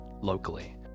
locally